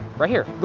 right here, but